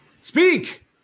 Speak